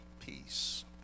peace